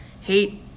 hate